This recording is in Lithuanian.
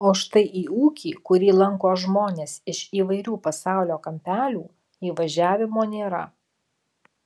o štai į ūkį kurį lanko žmonės iš įvairių pasaulio kampelių įvažiavimo nėra